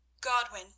Godwin